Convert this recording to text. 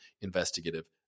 investigative